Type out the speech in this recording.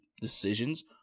decisions